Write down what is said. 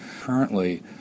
Currently